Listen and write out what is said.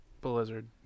Blizzard